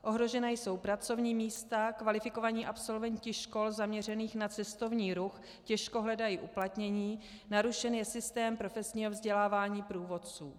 Ohrožena jsou pracovní místa, kvalifikovaní absolventi škol zaměřených na cestovní ruch těžko hledají uplatnění, narušen je systém profesního vzdělávání průvodců.